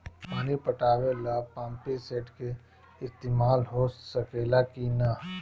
पानी पटावे ल पामपी सेट के ईसतमाल हो सकेला कि ना?